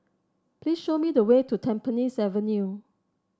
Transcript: please show me the way to Tampines Avenue